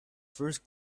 first